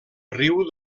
riu